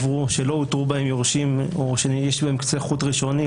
שלא אותרו בהם יורשים או שיש בהם קצה חוט ראשוני,